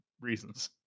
reasons